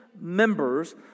members